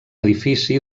edifici